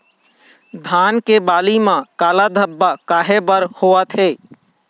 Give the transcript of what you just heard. धान के बाली म काला धब्बा काहे बर होवथे?